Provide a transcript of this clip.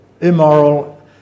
immoral